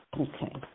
Okay